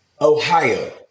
Ohio